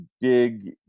dig